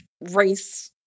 race